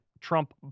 Trump